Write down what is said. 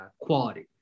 quality